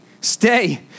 Stay